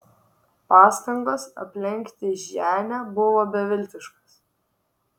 pastangos aplenkti ženią buvo beviltiškos